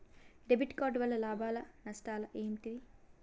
Debit card వల్ల లాభాలు నష్టాలు ఏమిటి?